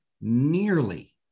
nearly